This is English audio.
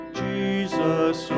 jesus